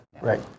Right